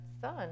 son